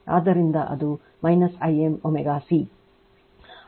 ಆದ್ದರಿಂದ ಅದು I m ω C